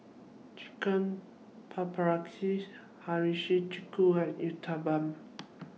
Chicken Hiyashi Chuka and Uthapam